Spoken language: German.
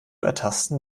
ertasten